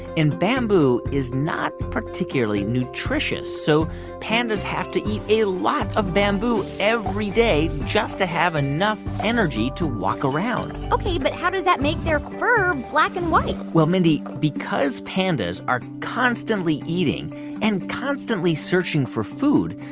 and bamboo is not particularly nutritious, so pandas have to eat a lot of bamboo every day just to have enough energy to walk around ok. but how does that make their fur black and white? well, mindy, because pandas are constantly eating and constantly searching for food,